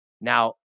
Now